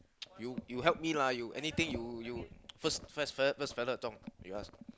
you you help me lah you anything you you first first first fella Zhong you ask